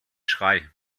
schrei